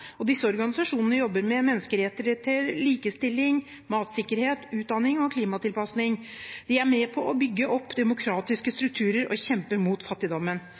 og disse organisasjonene jobber med menneskerettigheter, likestilling, matsikkerhet, utdanning og klimatilpasning. De er med på å bygge opp demokratiske strukturer og kjemper mot fattigdommen.